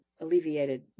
alleviated